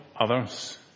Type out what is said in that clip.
others